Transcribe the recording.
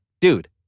dude